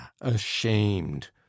ashamed